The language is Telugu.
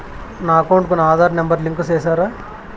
నా అకౌంట్ కు నా ఆధార్ నెంబర్ లింకు చేసారా